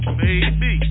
baby